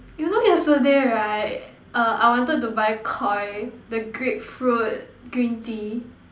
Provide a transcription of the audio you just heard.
you know yesterday right err I wanted to buy koi the grapefruit green tea